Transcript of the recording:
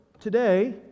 today